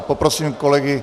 Poprosím kolegy.